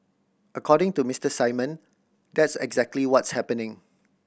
according to Mister Simon that's exactly what's happening